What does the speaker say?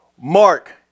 Mark